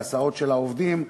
וההסעות של העובדים,